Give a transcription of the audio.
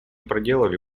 проделали